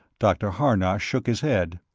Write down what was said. dr. harnosh shook his head.